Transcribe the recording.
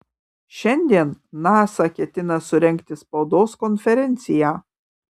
šiandien nasa ketina surengti spaudos konferenciją